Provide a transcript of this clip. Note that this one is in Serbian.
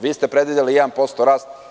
Vi ste predvideli 1% rast.